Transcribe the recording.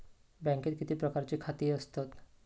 बँकेत किती प्रकारची खाती आसतात?